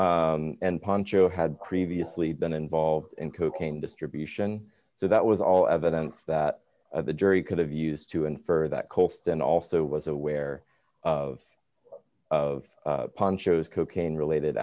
poncho and poncho had previously been involved in cocaine distribution so that was all evidence that the jury could have used to infer that colston also was aware of of ponchos cocaine related